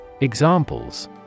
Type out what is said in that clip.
Examples